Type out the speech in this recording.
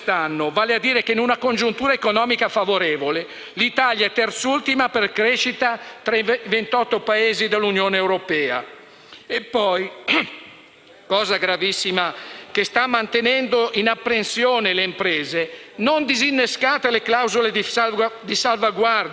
E poi - cosa gravissima che sta mantenendo in apprensione le imprese - non disinnescate le clausole di salvaguardia firmate dal Partito Democratico, che dal prossimo 1° gennaio, se non si troveranno 15 miliardi, faranno aumentare l'IVA